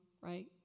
right